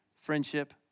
friendship